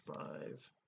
five